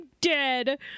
dead